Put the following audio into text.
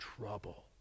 trouble